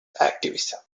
activism